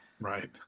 Right